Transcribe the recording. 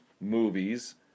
movies